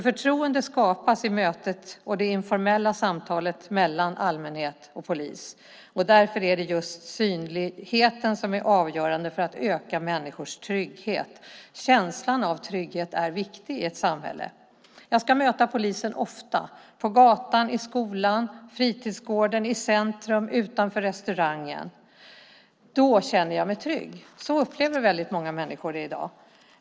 Förtroende skapas i mötet och det informella samtalet mellan allmänhet och polis. Därför är det just synligheten som är avgörande för att öka människors trygghet. Känslan av trygghet är viktig i ett samhälle. Man ska möta polisen ofta - på gatan, i skolan, på fritidsgården, i centrum och utanför restaurangen. Då känner man sig trygg. Så upplever många människor det i dag.